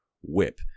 whip